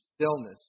stillness